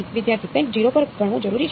વિદ્યાર્થી કંઈક 0 પર ગણવું જરૂરી છે